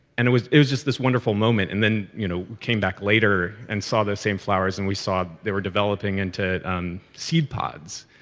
and it was it was just this wonderful moment. and then, you know came back later and saw those same flowers, and we saw they were developing into um seedpods.